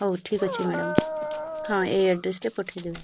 ହଉ ଠିକ୍ ଅଛି ମ୍ୟାଡ଼ାମ୍ ହଁ ଏଇ ଆଡ଼୍ରେସ୍ରେ ପଠେଇ ଦେଉଛି